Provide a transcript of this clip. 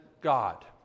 God